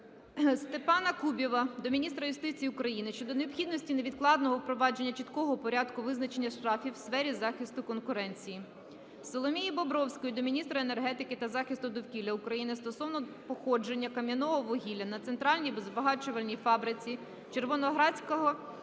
Степана Кубіва до міністра юстиції України щодо необхідності невідкладного впровадження чіткого порядку визначення штрафів в сфері захисту конкуренції. Соломії Бобровської до міністра енергетики та захисту довкілля України стосовно походження кам'яного вугілля на центральній збагачувальній фабриці "Червоноградська"